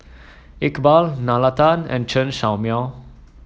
Iqbal Nalla Tan and Chen Show Mao